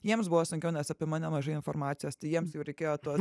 jiems buvo sunkiau nes apie mane mažai informacijos tai jiems jau reikėjo tuos